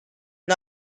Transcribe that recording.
and